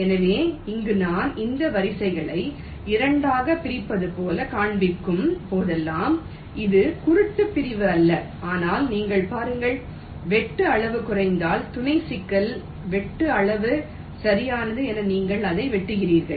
எனவே இங்கே நான் இந்த வரிகளை 2 ஆகப் பிரிப்பது போல் காண்பிக்கும் போதெல்லாம் அது குருட்டுப் பிரிவு அல்ல ஆனால் நீங்கள் பாருங்கள் வெட்டு அளவு குறைத்தல் துணை சிக்கல் வெட்டு அளவு சரியானது என நீங்கள் அதை வெட்டுகிறீர்கள்